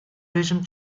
режим